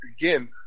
again